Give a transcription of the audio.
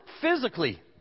physically